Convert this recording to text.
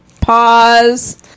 Pause